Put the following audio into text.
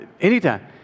anytime